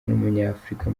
n’umunyafurika